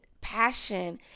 passion